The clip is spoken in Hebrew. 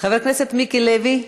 חבר הכנסת מיקי לוי,